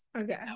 Okay